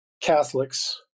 Catholics